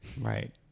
Right